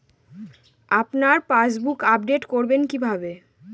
আপনার passbook update করবেন কিভাবে?